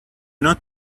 not